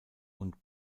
und